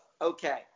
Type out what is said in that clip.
Okay